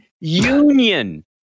Union